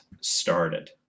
started